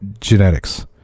genetics